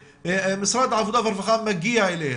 ומשרד העבודה והרווחה מגיע אליהם.